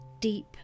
deep